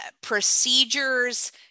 procedures